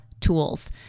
tools